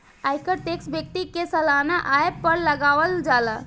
आयकर टैक्स व्यक्ति के सालाना आय पर लागावल जाला